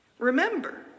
Remember